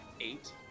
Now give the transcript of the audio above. Eight